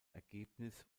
ergebnis